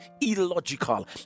illogical